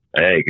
hey